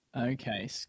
Okay